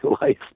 life